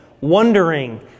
wondering